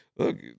Look